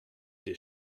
des